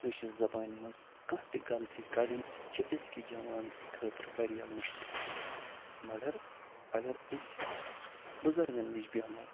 کٲشِر زبانہٕ منٛز کانٛہہ تہِ غلطی کَڑٕنۍ چھِ أزۍکِس جوانس خٲطرٕ وارِیاہ مشکِل مگر اگر أسۍ بُزرگن نِش بیٚہمو